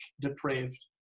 depraved